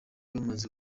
bamaze